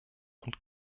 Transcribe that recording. und